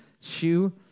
shoe